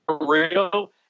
real